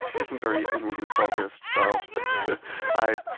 isn't very inwardly focused, so i